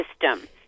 system